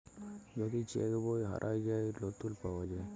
যদি চ্যাক বই হারাঁয় যায়, লতুল পাউয়া যায়